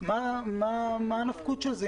מה הנפקות של זה?